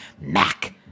Mac